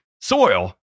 soil